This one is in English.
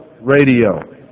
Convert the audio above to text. radio